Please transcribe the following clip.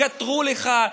יקטרו לך,